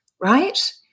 right